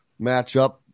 matchup